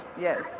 Yes